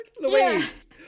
Louise